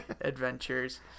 adventures